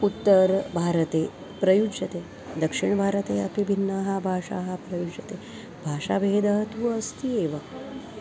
उत्तरभारते प्रयुज्यते दक्षिणभारते अपि भिन्नाः भाषाः प्रयुज्यते भाषाभेदः तु अस्ति एव